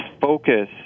focus